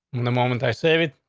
in the moment i save it.